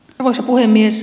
arvoisa puhemies